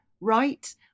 right